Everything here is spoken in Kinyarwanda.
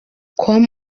com